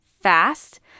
fast